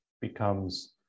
becomes